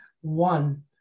One